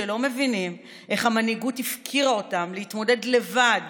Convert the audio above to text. שלא מבינים איך המנהיגות הפקירה אותם להתמודד לבד